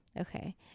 Okay